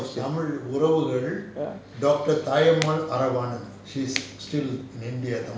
ya